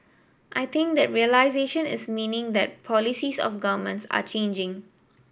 I think that realisation is meaning that policies of governments are changing